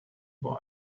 boy